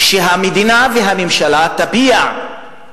שהמדינה והממשלה יביעו